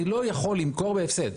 אני לא יכול למכור בהפסד.